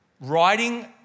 writing